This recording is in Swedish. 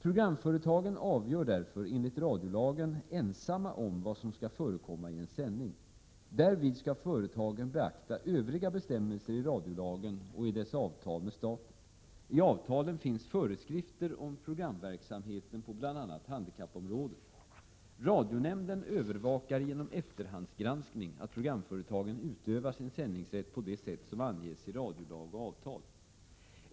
Programföretagen avgör därför, enligt radiolagen , ensamma vad som skall förekomma i en sändning. Därvid skall företagen beakta övriga bestämmelser i radiolagen och i dess avtal med staten. I avtalen finns föreskrifter om programverksamheten på bl.a. handikappområdet. Radionämnden övervakar genom efterhandsgranskning att programföretagen utövar sin sändningsrätt på det sätt som anges i radiolag och avtal.